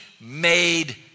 made